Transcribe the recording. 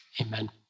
amen